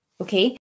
Okay